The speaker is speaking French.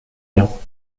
bien